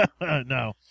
No